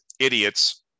idiots